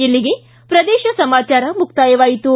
ಇಲ್ಲಿಗೆ ಪ್ರದೇಶ ಸಮಾಚಾರ ಮುಕ್ತಾಯವಾಯಿತು